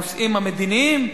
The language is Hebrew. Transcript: הנושאים המדיניים,